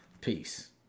Peace